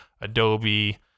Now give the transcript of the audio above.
Adobe